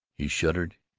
he shuddered,